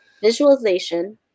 visualization